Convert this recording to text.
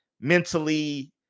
mentally